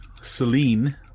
Celine